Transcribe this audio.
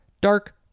dark